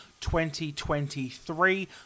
2023